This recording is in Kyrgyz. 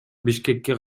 бишкекке